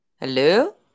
Hello